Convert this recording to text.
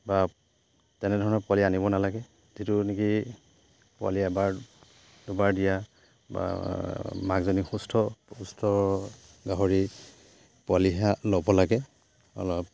বা তেনেধৰণৰ পোৱালি আনিব নালাগে যিটো নেকি পোৱালি এবাৰ দুবাৰ দিয়া বা মাকজনী সুস্থ গাহৰি পোৱালিহে ল'ব লাগে